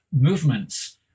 movements